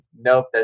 nope